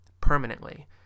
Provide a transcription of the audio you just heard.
Permanently